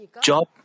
Job